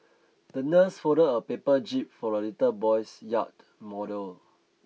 the nurse folded a paper jib for the little boy's yacht model